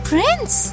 Prince